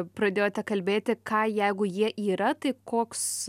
pradėjote kalbėti ką jeigu jie yra tai koks